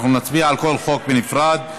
אנחנו נצביע על כל חוק בנפרד.